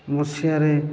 ମସିହାରେ